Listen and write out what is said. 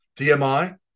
DMI